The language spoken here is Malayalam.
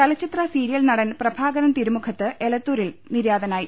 ചലച്ചിത്ര സീരിയൽ നടൻ പ്രഭാകരൻ തിരുമുഖത്ത് എലത്തൂ രിൽ നിര്യാതനായി